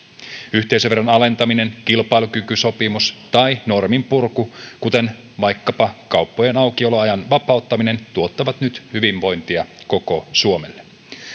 yhteisöveron alentaminen kilpailukykysopimus tai norminpurku kuten vaikkapa kauppojen aukioloajan vapauttaminen tuottavat nyt hyvinvointia koko suomelle